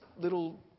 little